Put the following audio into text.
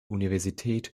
universität